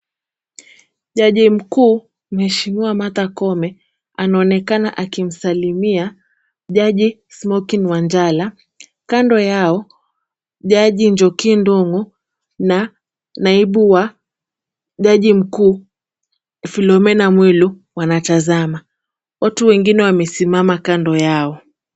Jaji mkuu mheshimiwa Martha Koome anaonekana akimsalimia jaji Smokin Wanjala ,kando yao jaji Njoki Ndong'o na naibu wa jaji mkuu Philomena Mwilu wanatazama. Watu wengine wamesimama kando yao.